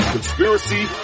Conspiracy